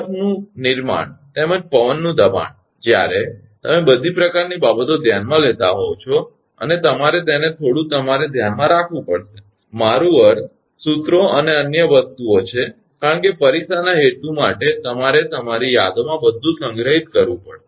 બરફનું નિર્માણ તેમજ પવનનું દબાણ જ્યારે તમે બધી પ્રકારની બાબતોને ધ્યાનમાં લેતા હોવ છો અને તમારે તેને થોડું તમારા ધ્યાનમાં રાખવું પડશે મારો અર્થ સૂત્રો અને અન્ય વસ્તુઓ છે કારણ કે પરીક્ષાના હેતુ માટે તમારે તમારી યાદોમાં બધું સંગ્રહિત કરવું પડશે